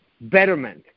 betterment